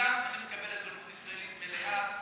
כולם צריכים לקבל אזרחות ישראלית מלאה.